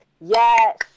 Yes